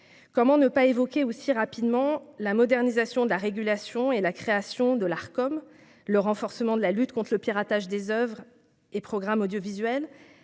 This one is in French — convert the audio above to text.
Comment ne pas évoquer aussi rapidement la modernisation de la régulation et la création de l'Arcom, le renforcement de la lutte contre le piratage des oeuvres et programmes audiovisuels,